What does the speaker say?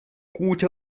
gute